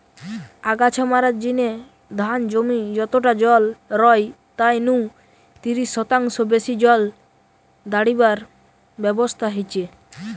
আগাছা মারার জিনে ধান জমি যতটা জল রয় তাই নু তিরিশ শতাংশ বেশি জল দাড়িবার ব্যবস্থা হিচে